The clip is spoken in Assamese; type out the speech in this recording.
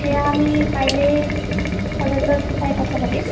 সেয়া আমি কাইলৈ কলেজত যাই কথা পাতিম